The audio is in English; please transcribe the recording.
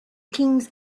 kings